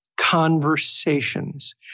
Conversations